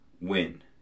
win